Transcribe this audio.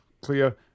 clear